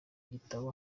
igitabo